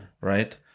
right